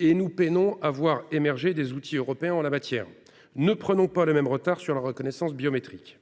Nous peinons à voir émerger des outils européens en la matière. Ne prenons pas le même retard sur la reconnaissance biométrique